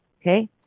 okay